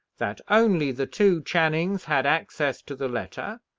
that only the two channings had access to the letter,